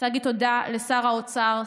אני רוצה להגיד תודה לשר האוצר,